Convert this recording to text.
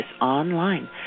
online